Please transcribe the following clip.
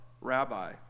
rabbi